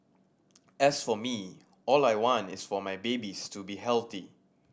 as for me all I want is for my babies to be healthy